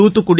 Thoothukudi